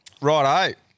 Righto